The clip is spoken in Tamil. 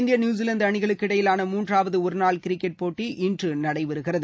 இந்தியா நியூசிலாந்து அணிகளுக்கிடையிலான மூன்றாவது ஒருநாள் கிரிக்கெட் போட்டி இன்று நடைபெறுகிறது